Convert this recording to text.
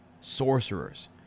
sorcerers